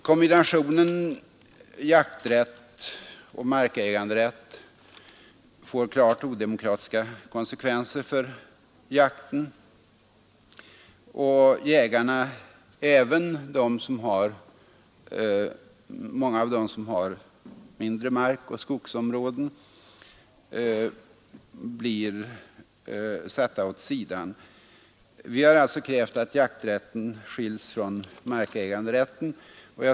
Kombinationen av jakträtt och markäganderätt får klart odemokratiska konsekvenser för jakten, och jägarna — även många av dem som har mindre markoch skogsområden — blir satta åt sidan. Vi har alltså krävt att jakträtten skiljs från markäganderätten.